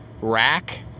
rack